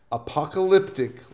apocalyptic